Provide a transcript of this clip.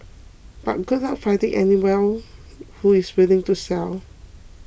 but good luck finding anyone who is willing to sell